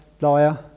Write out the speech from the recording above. liar